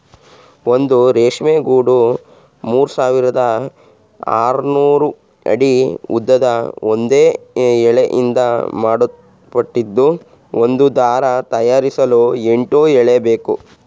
ಒಂದು ರೇಷ್ಮೆ ಗೂಡು ಮೂರ್ಸಾವಿರದ ಆರ್ನೂರು ಅಡಿ ಉದ್ದದ ಒಂದೇ ಎಳೆಯಿಂದ ಮಾಡಲ್ಪಟ್ಟಿದ್ದು ಒಂದು ದಾರ ತಯಾರಿಸಲು ಎಂಟು ಎಳೆಬೇಕು